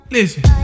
Listen